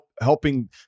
helping